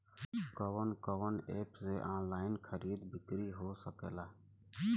कवन कवन एप से ऑनलाइन खरीद बिक्री हो सकेला?